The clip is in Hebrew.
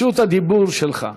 רשות הדיבור שלך.